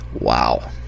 Wow